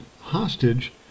hostage